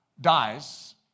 dies